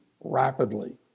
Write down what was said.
rapidly